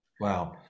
Wow